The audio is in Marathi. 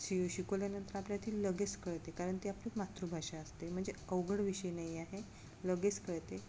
शि शिकवल्यानंतर आपल्याला ती लगेच कळते कारण ती आपली मातृभाषा असते म्हणजे अवघड विषय नाही आहे लगेच कळते